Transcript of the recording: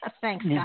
thanks